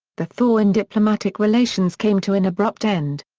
the thaw in diplomatic relations came to an abrupt end.